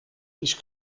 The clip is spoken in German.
ich